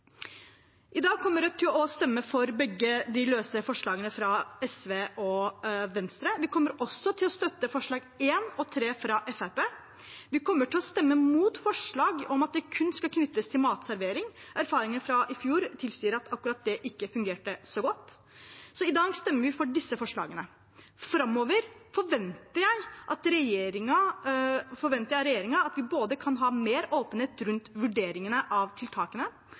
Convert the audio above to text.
I dag kommer Rødt til å stemme for begge de løse forslagene, fra SV og fra Venstre. Vi kommer også til å støtte forslagene nr. 1 og nr. 3 i representantforslaget fra Fremskrittspartiet. Vi kommer til å stemme mot forslaget om at det kun skal knyttes til matservering. Erfaringer fra i fjor tilsier at akkurat det ikke fungerte så godt. Så i dag stemmer vi for disse forslagene. Framover forventer jeg av regjeringa at vi kan ha mer åpenhet rundt vurderingen av tiltakene,